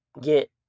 get